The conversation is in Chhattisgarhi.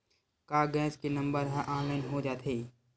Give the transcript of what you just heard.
का गैस के नंबर ह ऑनलाइन हो जाथे?